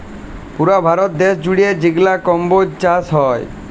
পুরা ভারত দ্যাশ জুইড়ে যেগলা কম্বজ চাষ হ্যয়